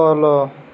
ତଳ